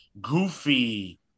goofy